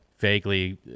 vaguely